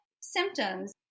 symptoms